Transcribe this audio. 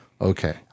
Okay